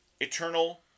Eternal